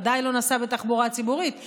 ודאי לא נסע בתחבורה ציבורית,